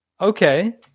Okay